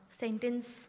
sentence